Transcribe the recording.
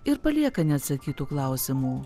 ir palieka neatsakytų klausimų